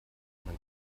man